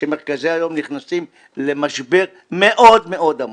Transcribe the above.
שמרכזי היום נכנסים למשבר מאוד מאוד עמוק,